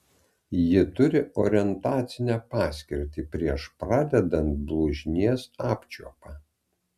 ji turi orientacinę paskirtį prieš pradedant blužnies apčiuopą